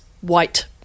white